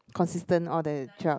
consistently all day throughout